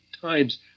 times